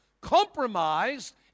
compromised